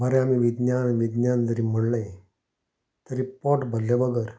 बरें आमी विज्ञान आनी विज्ञान जरी म्हणलें तरी पोट भरले बगर